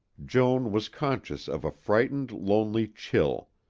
joan was conscious of a frightened, lonely chill.